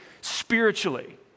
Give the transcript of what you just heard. spiritually